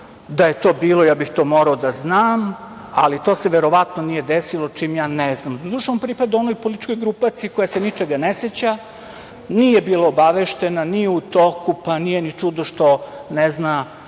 da je to bilo, ja bih to morao da znam, ali to se verovatno nije desilo čim ja znam. Doduše, on pripada onoj političkoj grupaciji koja se ničega ne seća, nije bila obaveštena, nije u toku. Pa, nije ni čudo što ne zna